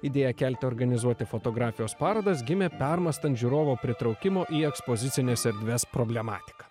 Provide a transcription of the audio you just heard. idėja kelte organizuoti fotografijos parodas gimė permąstant žiūrovo pritraukimo į ekspozicines erdves problematiką